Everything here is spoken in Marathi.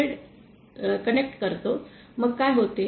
मग काय होते